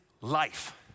life